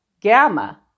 Gamma